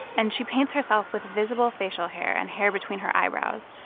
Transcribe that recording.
and she paints herself with visible facial hair and hair between her eyebrows.